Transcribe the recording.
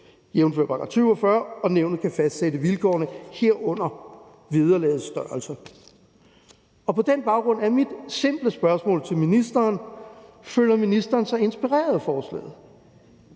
jævnfør § 20 og § 40, og nævnet kan fastsætte vilkårene, herunder vederlagets størrelse. På den baggrund er mit simple spørgsmål til ministeren: Føler ministeren sig inspireret af forslaget?